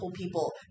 people